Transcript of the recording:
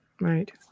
Right